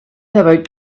about